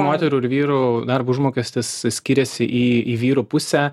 moterų ir vyrų darbo užmokestis skiriasi į į vyrų pusę